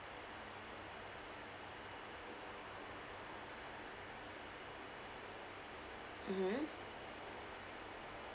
mmhmm